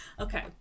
Okay